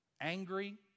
angry